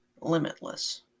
limitless